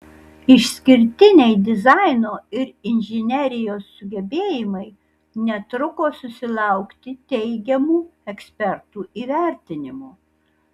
išskirtiniai dizaino ir inžinerijos sugebėjimai netruko susilaukti teigiamų ekspertų įvertinimų